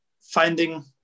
finding